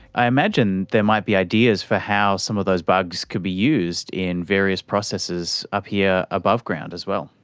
i imagine there might be ideas for how some of those bugs could be used in various processes up here above ground as well.